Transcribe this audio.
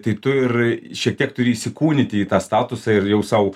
tai tu ir šiek tiek turi įsikūnyti į tą statusą ir jau sau